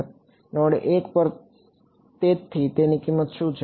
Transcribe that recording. node 1 પર તેની કિંમત શું છે